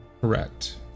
correct